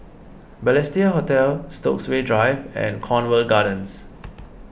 Balestier Hotel Stokesay Drive and Cornwall Gardens